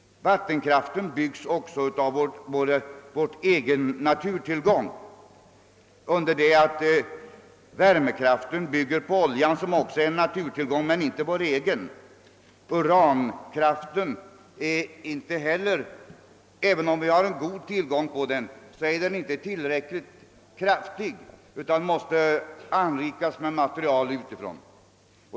Vattenkraften bygger därtill på en naturtillgång som är vår egen, under det att värmekraften bygger på oljan, som ju inte finns som naturtillgång i vårt land. Och även om vi har god tillgång på uran, så är detta inte tillräckligt, utan anrikning måste ske med material utifrån.